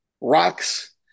rocks